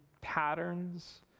patterns